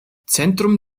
zentrum